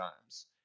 times